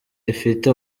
ifite